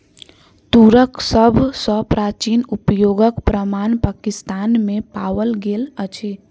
तूरक सभ सॅ प्राचीन उपयोगक प्रमाण पाकिस्तान में पाओल गेल अछि